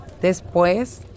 Después